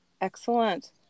Excellent